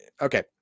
Okay